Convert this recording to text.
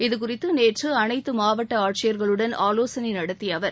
இதுகுறித்து நேற்று அனைத்து மாவட்ட ஆட்சியர்களுடன் ஆலோசனை நடத்திய அவர்